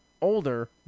older